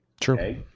True